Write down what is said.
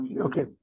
Okay